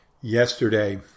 Yesterday